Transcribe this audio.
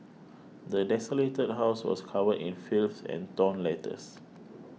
the desolated house was covered in filth and torn letters